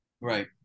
Right